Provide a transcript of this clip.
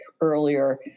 earlier